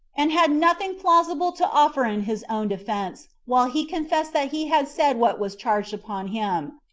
and had nothing plausible to offer in his own defense, while he confessed that he had said what was charged upon him,